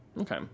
okay